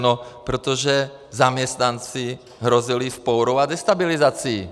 No protože zaměstnanci hrozili vzpourou a destabilizací.